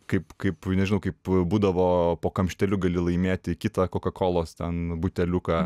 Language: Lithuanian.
kaip kaip nežinau kaip būdavo po kamšteliu gali laimėti kitą kokakolos ten buteliuką